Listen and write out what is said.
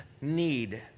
need